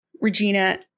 Regina